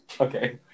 Okay